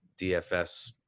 DFS